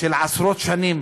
של עשרות שנים